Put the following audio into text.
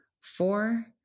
four